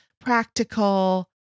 practical